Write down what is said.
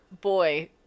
boy